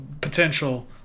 potential